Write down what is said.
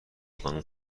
خانم